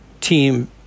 team